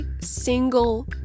single